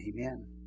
Amen